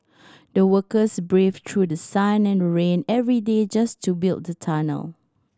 the workers braved through the sun and rain every day just to build the tunnel